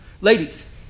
Ladies